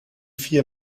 vier